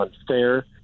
unfair